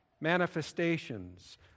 Manifestations